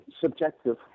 subjective